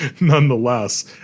nonetheless